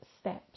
steps